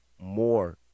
more